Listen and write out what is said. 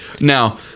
Now